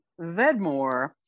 Vedmore